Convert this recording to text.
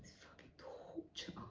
torture.